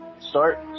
start